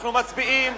אנחנו מצביעים.